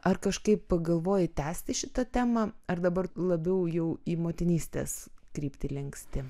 ar kažkaip pagalvoji tęsti šitą temą ar dabar labiau jau į motinystės kryptį linksti